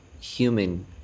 human